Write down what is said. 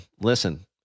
listen